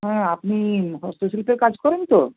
হ্যাঁ আপনি হস্ত শিল্পের কাজ করেন তো